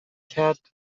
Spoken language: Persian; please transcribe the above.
کرد